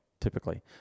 typically